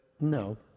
No